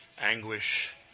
anguish